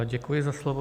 Děkuji za slovo.